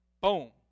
boom